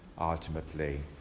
ultimately